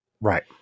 Right